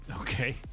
okay